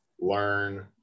learn